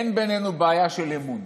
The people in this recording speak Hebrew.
אין בינינו בעיה של אמון.